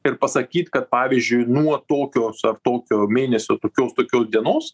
ir pasakyt kad pavyzdžiui nuo tokios ar tokio mėnesio tokios tokios dienos